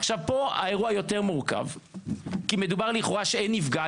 עכשיו פה האירוע יותר מורכב כי מדובר לכאורה שאין נפגע,